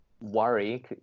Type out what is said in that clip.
worry